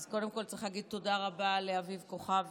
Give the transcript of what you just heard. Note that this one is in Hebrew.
אז קודם כול צריך להגיד תודה רבה לאביב כוכבי,